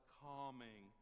calming